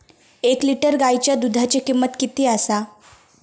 एक लिटर गायीच्या दुधाची किमंत किती आसा?